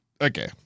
Okay